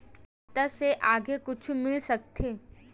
खाता से आगे कुछु मिल सकथे?